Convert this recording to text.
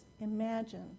imagine